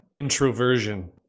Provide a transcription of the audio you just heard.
Introversion